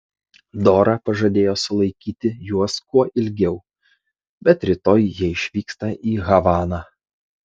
dora pažadėjo sulaikyti juos kuo ilgiau bet rytoj jie išvyksta į havaną